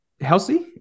healthy